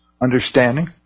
Understanding